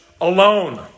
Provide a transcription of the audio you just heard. alone